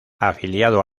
afiliado